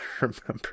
remember